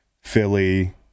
Philly